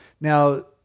now